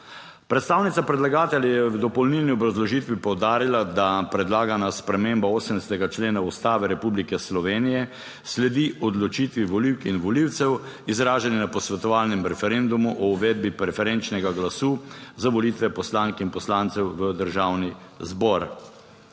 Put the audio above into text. Predstavnica predlagatelja je v dopolnilni obrazložitvi poudarila, da predlagana sprememba 80. člena Ustave Republike Slovenije sledi odločitvi volivk in volivcev izraženi na posvetovalnem referendumu o uvedbi preferenčnega glasu za volitve poslank in poslancev v Državni zbor.